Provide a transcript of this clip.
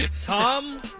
Tom